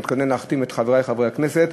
מתכונן להחתים את חברי חברי הכנסת,